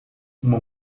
uma